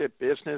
business